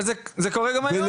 כן, אבל זה קורה גם היום.